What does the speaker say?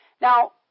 Now